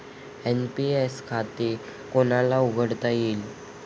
NPS खाते कोणाला उघडता येईल?